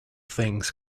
things